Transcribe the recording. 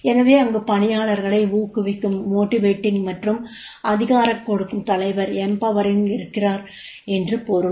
எனவே அங்கு பணியாளர்களை ஊக்குவிக்கும் மற்றும் அதிகாரம் கொடுக்கும் தலைவர் இருக்கிறார் என்று பொருள்